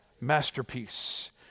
Masterpiece